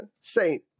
saint